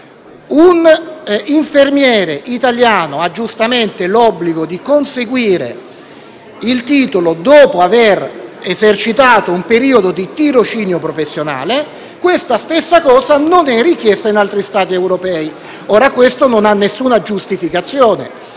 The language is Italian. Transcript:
un infermiere italiano ha giustamente l'obbligo di conseguire il titolo, dopo aver esercitato un periodo di tirocinio professionale, ma la stessa cosa non è richiesta in altri Stati europei. Questo non ha nessuna giustificazione.